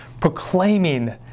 proclaiming